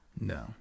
no